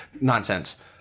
nonsense